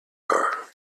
are